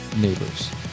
neighbors